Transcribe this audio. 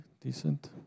decent